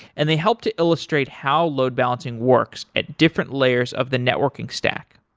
and they help to illustrate how load-balancing works at different layers of the networking stack.